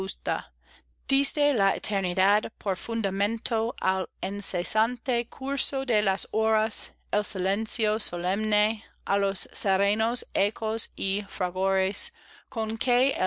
diste la eternidad por fundamento al incesante curso de las horas el silencio solemne á los serenos ecos y fragores con que